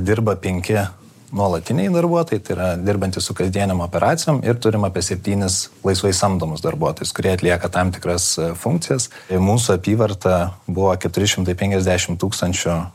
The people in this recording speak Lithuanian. dirba penki nuolatiniai darbuotojai tai yra dirbantys su kasdienėm operacijom ir turim apie septynis laisvai samdomus darbuotojus kurie atlieka tam tikras funkcijas mūsų apyvarta buvo keturi šimtai penkiasdešim tūkstančių